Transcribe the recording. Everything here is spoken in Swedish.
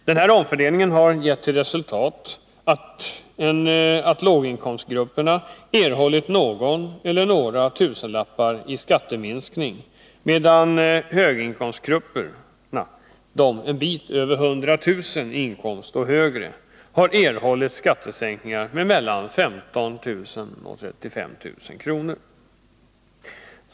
Denna omfördelning har gett till resultat att låginkomstgrupperna har erhållit någon eller några tusenlappar i skatteminskning medan höginkomstgrupperna, de med inkomster på en bit över 100 000 kr. och mer, har erhållit skattesänkningar med mellan 15 000 och 35 000 kr.